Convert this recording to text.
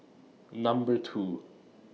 Number two